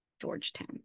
Georgetown